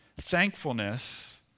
Thankfulness